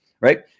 right